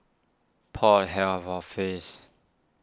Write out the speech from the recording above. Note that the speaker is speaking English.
Port Health Office